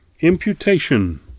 Imputation